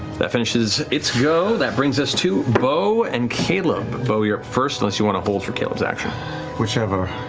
that finishes its go. that brings us to beau and caleb. beau, you're up first, unless you want to hold for caleb's action. liam whichever.